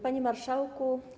Panie Marszałku!